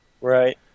Right